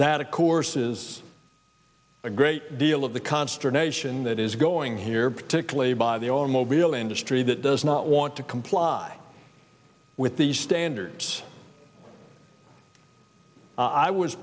that of course is a great deal of the consternation that is going here particularly by the all immobile industry that does not want to comply with these standards i was